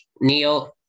neil